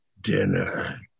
dinner